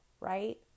right